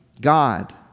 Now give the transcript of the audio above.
God